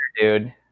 dude